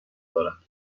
دارد